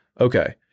Okay